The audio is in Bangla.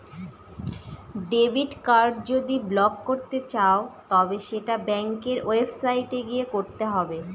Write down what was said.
ডেবিট কার্ড যদি ব্লক করতে চাও তবে সেটা ব্যাঙ্কের ওয়েবসাইটে গিয়ে করতে হবে